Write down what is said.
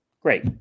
Great